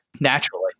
naturally